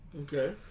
Okay